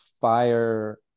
fire